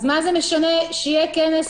אז מה זה משנה אם יהיה כנס,